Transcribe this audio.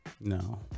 No